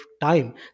time